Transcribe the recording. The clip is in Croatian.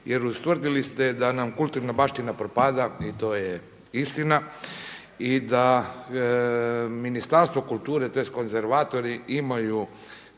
jer ustvrdili ste da nam kulturna baština propada i to je istina i da Ministarstvo kulture, tj. konzervatori imaju